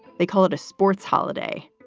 they call it a sports holiday